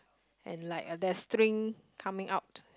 and like that's a string coming out